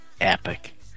epic